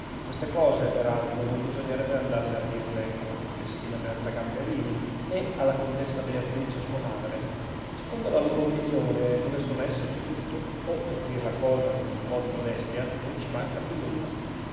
queste cose per altro non bisognerebbe andarle a dire alla contessina berta gamberini nè alla contessa beatrice sua madre secondo la loro opinione dove son esse c'è tutto o per dire la cosa con un po di modestia non ci manca più nulla